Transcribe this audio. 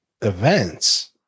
events